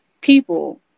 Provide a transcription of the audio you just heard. people